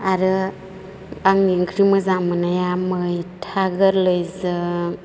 आरो आंनि ओंख्रि मोजां मोननाया मैथा गोरलैजों